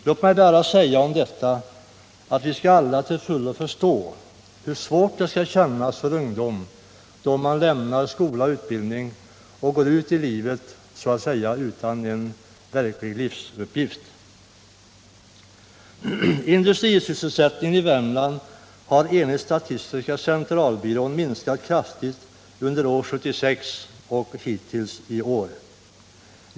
Låt mig bara säga om detta att vi alla till fullo bör förstå hur svårt det skall kännas för ungdom då man lämnar skola och utbildning och går ut i livet så att säga utan en verklig livsuppgift. Industrisysselsättningen i Värmland har enligt statistiska centralbyrån minskat kraftigt under 1976 och hittills i år.